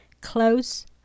close